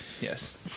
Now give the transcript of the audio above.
Yes